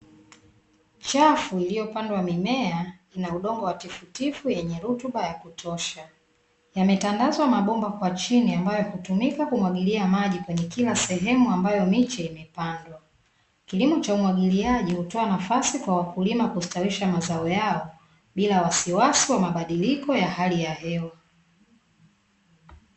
Chafu iliyopandwa mimea ina udongo wa tifutifu wenye rutuba ya kutosha. Yametandazwa mabomba kwa chini ambayo hutumika kumwagilia maji kwenye kila sehemu ambayo miche imepandwa. Kilimo cha umwagiliaji hutoa nafasi kwa wakulima kustawisha mazazo yao bila wasiwasi wa mabadiliko ya hali ya hewa.